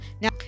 Now